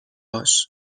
هاش